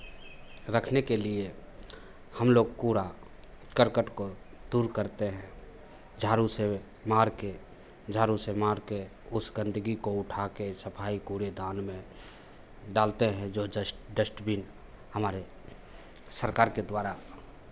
रखने के लिए हम लोग कूड़ा करकट को दूर करते हैं झाड़ू से मार के झाड़ू से मार के उस गंदगी को उठा के सफाई कूड़ेदान में डालते हैं जो जस्ट डस्टबिन हमारे सरकार के द्वारा